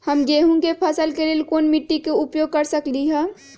हम गेंहू के फसल के लेल कोन मिट्टी के उपयोग कर सकली ह?